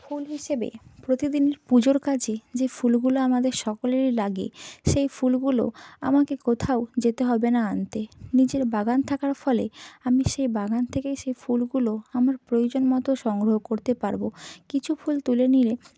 ফুল হিসেবে প্রতিদিন পুজোর কাজে যে ফুলগুলো আমাদের সকলেরই লাগে সেই ফুলগুলো আমাকে কোথাও যেতে হবে না আনতে নিজের বাগান থাকার ফলে আমি সেই বাগান থেকেই সেই ফুলগুলো আমার প্রয়োজনমতো সংগ্রহ করতে পারব কিছু ফুল তুলে নিলে